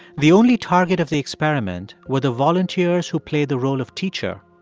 the only target of the experiment were the volunteers who played the role of teacher,